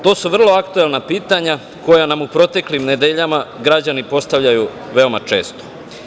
To su vrlo aktuelna pitanja koja nam u proteklim nedeljama građani postavljaju veoma često.